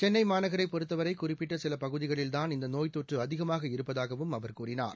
சென்னை மாநகரைப் பொறுத்தவரை குறிப்பிட்ட சில பகுதிகளில்தான் இந்த நோய் தொற்று அதிகமாக இருப்பதாகவும் அவர் கூறினார்